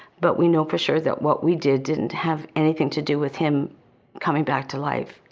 but we know for sure that what we did, didn't have anything to do with him coming back to life.